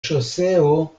ŝoseo